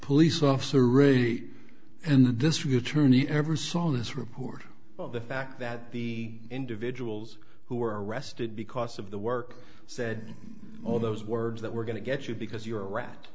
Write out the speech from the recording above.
police officer rate and the district attorney ever saw this report the fact that the individuals who were arrested because of the work said all those words that we're going to get you because you're a rat